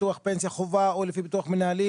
ביטוח פנסיה חובה או לפי ביטוח מנהלים,